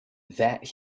that